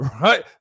right